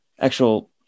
actual